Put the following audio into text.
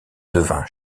devint